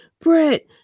Brett